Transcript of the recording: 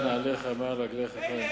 של נעליך מעל רגליך, חיים.